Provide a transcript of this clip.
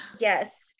Yes